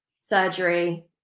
surgery